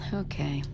okay